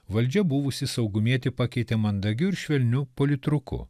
valdžia buvusį saugumietį pakeitė mandagiu ir švelniu politruku